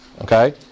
okay